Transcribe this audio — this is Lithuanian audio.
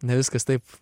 ne viskas taip